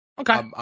Okay